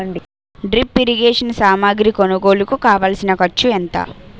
drip irrigation సామాగ్రి కొనుగోలుకు కావాల్సిన ఖర్చు ఎంత